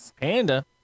Panda